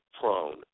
prone